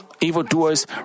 evildoers